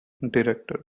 director